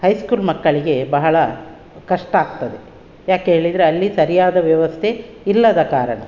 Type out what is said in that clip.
high school ಮಕ್ಕಳಿಗೆ ಬಹಳ ಕಷ್ಟ ಆಗ್ತದೆ ಯಾಕೆ ಹೇಳಿದರೆ ಅಲ್ಲಿ ಸರಿಯಾದ ವ್ಯವಸ್ಥೆ ಇಲ್ಲದ ಕಾರಣ